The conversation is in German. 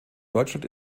deutschland